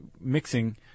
mixing